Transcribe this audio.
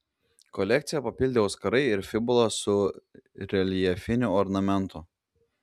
kolekciją papildė auskarai ir fibula su reljefiniu ornamentu